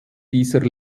dieser